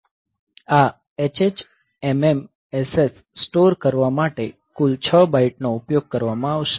આ hh mm ss store કરવા માટે કુલ 6 બાઈટનો ઉપયોગ કરવામાં આવશે